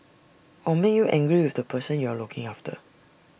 or make you angry with the person you're looking after